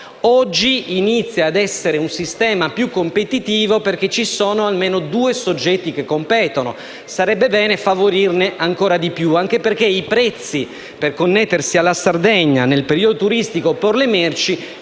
oggi inizia ad essere un sistema più competitivo perché ci sono almeno due soggetti che competono. Sarebbe bene favorirne ancora di più, anche perché i prezzi per connettersi alla Sardegna nel periodo turistico o per il